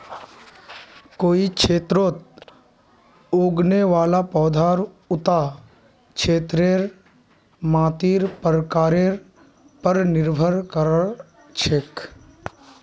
कोई क्षेत्रत उगने वाला पौधार उता क्षेत्रेर मातीर प्रकारेर पर निर्भर कर छेक